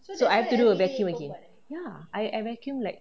so I have to do a vacuum again ya I I vacuum like